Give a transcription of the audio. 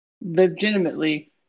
legitimately